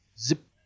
Zip